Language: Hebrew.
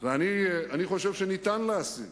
אני חושב שאפשר להשיג